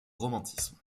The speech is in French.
romantisme